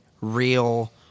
real